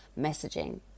messaging